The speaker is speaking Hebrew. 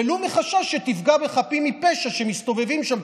ולו מחשש שתפגע בחפים מפשע שמסתובבים שם,